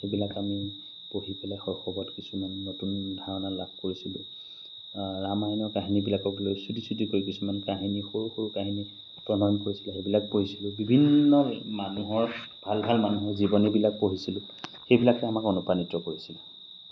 সেইবিলাক আমি পঢ়ি পেলাই শৈশৱত কিছুমান নতুন ধাৰণা লাভ কৰিছিলোঁ ৰামায়ণৰ কাহিনীবিলাকক লৈ পেলাই চুটি চুটি কৰি কিছুমান কাহিনী সৰু সৰু কাহিনী প্ৰণয়ন কৰিছিলে সেইবিলাক পঢ়িছিলোঁ বিভিন্ন মানুহৰ ভাল ভাল মানুহৰ জীৱনীবিলাক পঢ়িছিলোঁ সেইবিলাকে আমাক অনুপ্ৰাণিত কৰিছিলোঁ